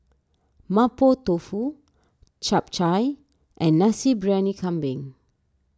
Mapo Tofu Chap Chai and Nasi Briyani Kambing